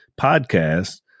podcast